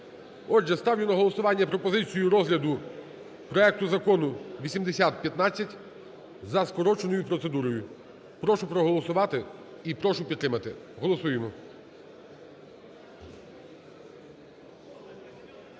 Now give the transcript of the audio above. Отже, ставлю на голосування пропозицію розгляду проекту Закону 8015 за скороченою процедурою. Прошу проголосувати і прошу підтримати. Голосуємо.